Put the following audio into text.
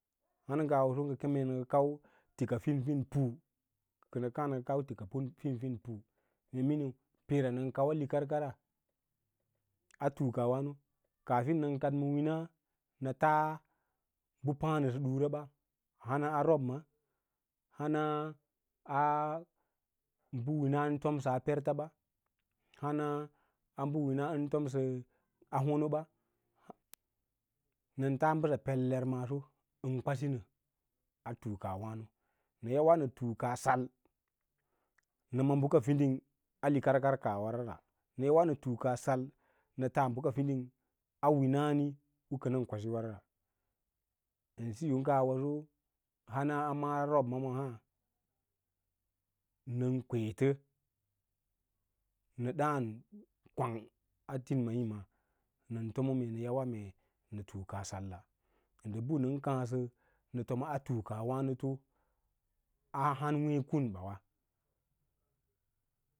Hana ngawas. Mee ngə kem nə ngə tika kənə ngə kau tika fin fin pu kənə ngə kau tika fin fin pu, mee miniu peera nən kauwa likan kara a tuuko wǎno kaafin nən kaɗ ma wina nə tas ɓə pǎǎ nəsə dura ba hansa a robm hana bə win an tomsəa parta ɓa hana bə wina ən tomsə a honoba nən tas mbəss peler maaso ən kwasinə a tuukawāno nə yawa nə tuuka sal nə ma bəka fidin a likarkar kaabwa ra ra nə yawa nə tuuks sal nə tas bəka fiding a wínani u kənən kwasi wara ən siyo ngawaso hana mara robma. Ma maa nən kweutə nə dǎǎn kwang a tinima’ma nən fomo nə yawa mee nətuuka salla ndə mbə nən kǎǎsə nəfomaa a tuuka wǎǎnəto a hanww- kun ɓawa.